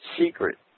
secret